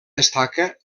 destaca